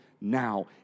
now